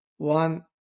One